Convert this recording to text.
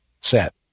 set